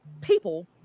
people